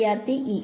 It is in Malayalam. വിദ്യാർത്ഥി ഇ